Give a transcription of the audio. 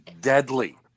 deadly